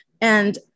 and-